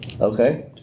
Okay